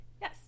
yes